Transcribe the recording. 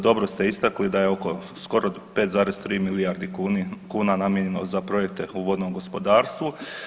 Dobro ste istakli da je oko skoro 5,3 milijardi kuna namijenjeno za projekte u vodnom gospodarstvu.